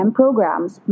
programs